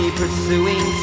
pursuing